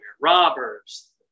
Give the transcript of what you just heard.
Robbers